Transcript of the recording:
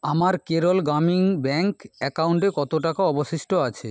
আমার কেরল গ্রামীণ ব্যাঙ্ক অ্যাকাউন্টে কত টাকা অবশিষ্ট আছে